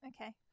okay